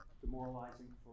demoralizing